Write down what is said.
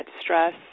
stress